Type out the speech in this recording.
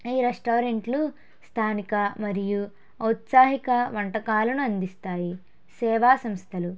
ఈ రెస్టారెంట్లు స్థానిక మరియు ఔత్సాహిక వంటకాలను అందిస్తాయి సేవాసంస్థలు